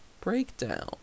breakdown